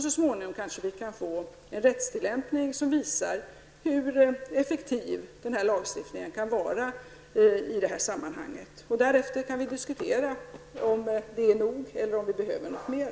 Så småningom kanske vi kan få en rättstillämpning som visar hur effektiv lagstiftningen kan vara i sammanhanget. Därefter kan vi diskutera om det är nog eller om det behövs något mer.